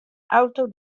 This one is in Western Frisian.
auto